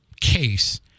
case